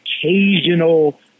occasional